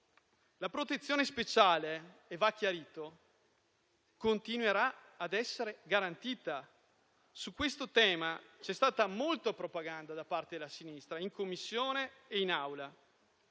La protezione speciale - va chiarito - continuerà ad essere garantita. Sul tema c'è stata molta propaganda da parte della sinistra, in Commissione e in Aula.